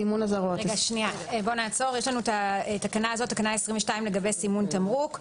יש לנו תקנה 22 לגבי סימון תמרוק.